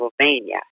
Pennsylvania